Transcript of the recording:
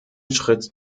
schritt